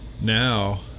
Now